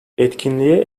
etkinliğe